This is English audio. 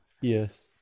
Yes